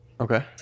Okay